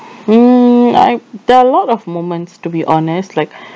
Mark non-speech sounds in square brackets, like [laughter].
mm I there are a lot of moments to be honest like [breath]